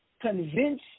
convince